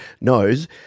knows